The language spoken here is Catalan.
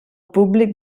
públic